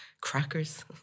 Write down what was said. crackers